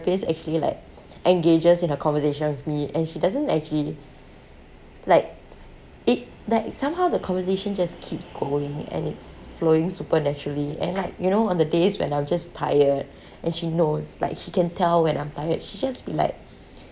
actually like engages in a conversation with me and she doesn't actually like it the somehow the conversation just keeps going and it's flowing supernaturally and like you know on the days when I'm just tired and she knows like she can tell when I'm tired she'll just be like